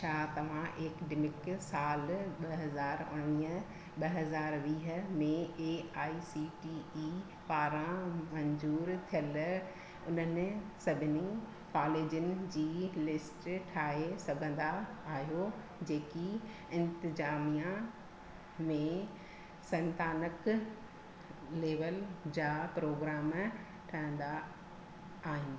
छा तव्हां एकडिमिक सालु ॿ हज़ार उणिवीह ॿ हज़ार वीह में ए आई सी टी पारां मंज़ूरु थियल उन्हनि सभिनी कॉलेजनि जी लिस्ट ठाहे सघंदा आहियो जेकी इंतिज़ामिया में स्नातक लेवल जा प्रोग्राम ठहंदा आहिनि